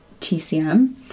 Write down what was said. TCM